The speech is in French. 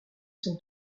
sont